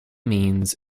means